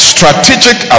Strategic